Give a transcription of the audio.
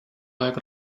aeg